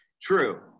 True